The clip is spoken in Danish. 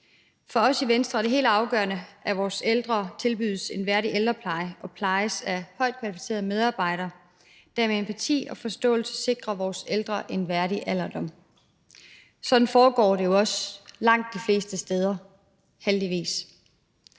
For os i Venstre er det helt afgørende, at vores ældre tilbydes en værdig ældrepleje og plejes af højt kvalificerede medarbejdere, der med empati og forståelse sikrer vores ældre en værdig alderdom. Sådan foregår det jo også langt de fleste steder, heldigvis.